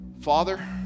Father